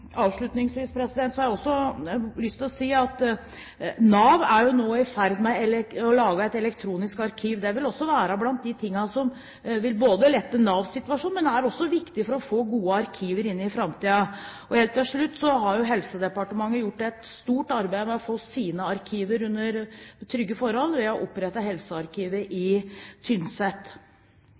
lyst til å si at Nav nå er i ferd med å lage et elektronisk arkiv. Det vil være blant de tingene som både vil lette Navs situasjon, og som er viktige for å få gode arkiver i framtiden. Helt til slutt har Helsedepartementet gjort et stort arbeid med å få sine arkiver under trygge forhold ved å opprette helsearkivet på Tynset. Nå er det altså ikke lagringen jeg er ute etter. Poenget her er at det i